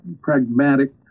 pragmatic